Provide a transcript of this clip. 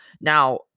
Now